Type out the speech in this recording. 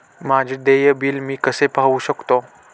माझे देय बिल मी कसे पाहू शकतो?